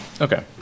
okay